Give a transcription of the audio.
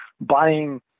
buying